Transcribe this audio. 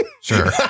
Sure